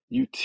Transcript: UT